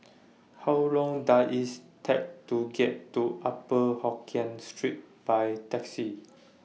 How Long Does IT Take to get to Upper Hokkien Street By Taxi